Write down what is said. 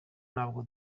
ntabwo